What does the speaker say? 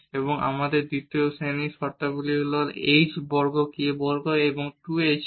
এখানে দ্বিতীয় শ্রেণির শর্তাবলী হল h বর্গ k বর্গ এবং 2 hk